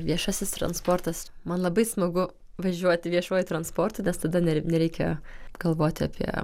viešasis transportas man labai smagu važiuoti viešuoju transportu nes tada ner nereikia galvoti apie